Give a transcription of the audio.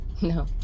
No